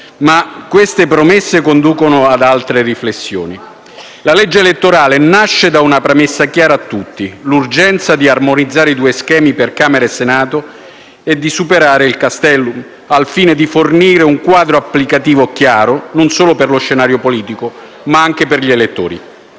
ma queste premesse conducono anche ad altre riflessioni. La legge elettorale nasce da una premessa chiara a tutti: l'urgenza di armonizzare due schemi per Camera e Senato e di superare il Consultellum al fine di fornire un quadro applicativo chiaro non solo per lo scenario politico, ma anche per gli elettori.